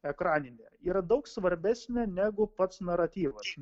ekraninė yra daug svarbesnė negu pats naratyvas